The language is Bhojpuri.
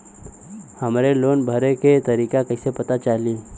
हमरे लोन भरे के तारीख कईसे पता चली?